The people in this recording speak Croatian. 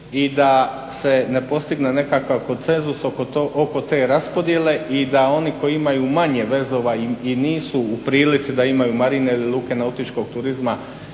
i da se ne postigne nekakav konsenzus oko te raspodjele i da oni koji imaju manje vezova i nisu u prilici da imaju marine ili luke nautičkog turizma